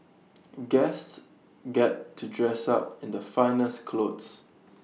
guests get to dress up in the finest clothes